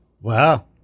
wow